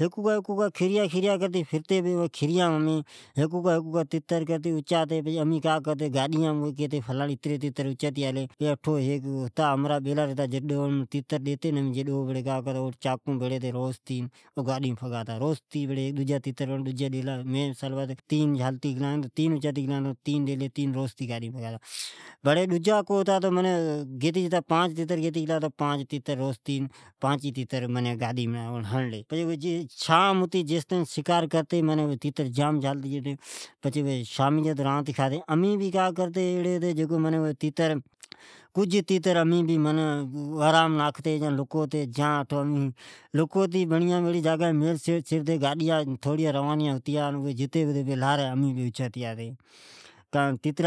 ھیکوکا ھیکوکا کھیریا کرتی پھتی، پچھے امین ھیکوکا ھیکوکا کھریا کرتی فرتی این جکو بھے تیتری لابھتے اوی ھیک گاڈی ھتے اومی دیتی آتے گاڈیاتھجکو ھمرا بیلا ھتا اوکا کرا جکو بھے تیتیر ڈئتے ائیں روستا جائیلا ،مثال طور مین تین ڈیلی او تینا روستے پچھے ھاڈی مین بھگاتا جاتا ، یا ڈجا پانچ تیتر گیتے جتا تو پایچی تیتر روستے گاڈی مین میلاتا جتا ۔ پچھے شام ھتے پچھے امین کا کرتے تو کجھ تیتر لوکیتے کجھ ورامین این کجھ بڑیا مین لوکیتے پچھے جڈ گاڈیا جاتئا پچھے امین اوی تیتر